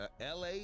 la